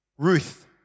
Ruth